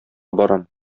барам